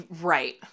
Right